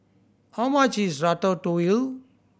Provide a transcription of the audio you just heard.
how much is Ratatouille